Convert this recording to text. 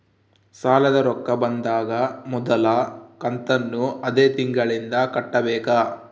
ಸಾಲದ ರೊಕ್ಕ ಬಂದಾಗ ಮೊದಲ ಕಂತನ್ನು ಅದೇ ತಿಂಗಳಿಂದ ಕಟ್ಟಬೇಕಾ?